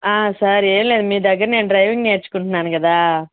sir ఏమి లేదు మీ దగ్గర నేను డ్రైవింగ్ నేర్చుకుంటున్నాను కదా